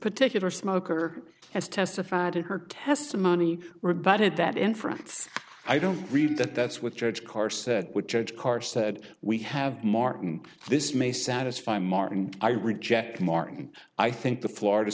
particular smoker has testified in her testimony rebutted that inference i don't read that that's what judge carr said with judge carr said we have martin this may satisfy martin i reject martin i think the florida